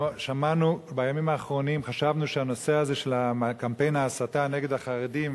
בימים האחרונים חשבנו שהנושא הזה של קמפיין ההסתה נגד החרדים,